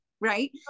Right